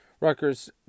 Rutgers